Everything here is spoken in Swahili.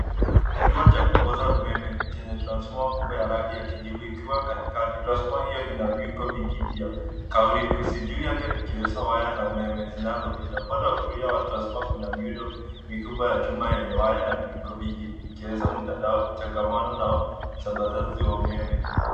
Kituo cha kupoza umeme chenye transforma kubwa ya rangi ya kijivu ikiwa katikati. Transforma hiyo ina viungo vingivyo vya kahuri vyeusi juu yake vikiwezesha waya za umeme zinazopita. Upande wa kulia wa transforma kuna miundo mikubwa ya chuma yenye waya na viungo vingi ikiwezesha mtandao changamano na usambazaji wa umeme.